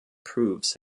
proves